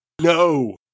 No